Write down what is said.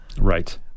Right